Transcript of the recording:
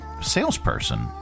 salesperson